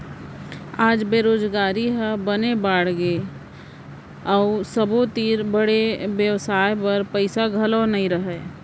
आज बेरोजगारी ह बने बाड़गे गए हे अउ सबो तीर बड़े बेवसाय बर पइसा घलौ नइ रहय